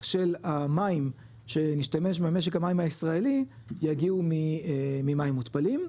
של המים שנשתמש במשק המים הישראלי יגיעו ממים מותפלים.